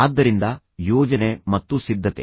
ಆದ್ದರಿಂದ ಯೋಜನೆ ಮತ್ತು ಸಿದ್ಧತೆ